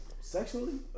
Sexually